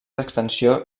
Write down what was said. extensió